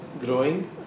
growing